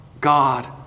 God